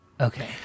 Okay